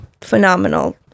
phenomenal